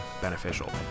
beneficial